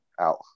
out